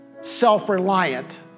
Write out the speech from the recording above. self-reliant